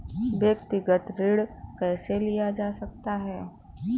व्यक्तिगत ऋण कैसे लिया जा सकता है?